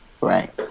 Right